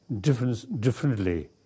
differently